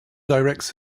directs